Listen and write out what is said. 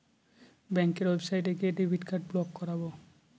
ব্যাঙ্কের ওয়েবসাইটে গিয়ে ডেবিট কার্ড ব্লক করাবো